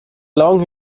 long